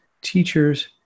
teachers